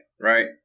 right